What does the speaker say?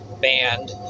band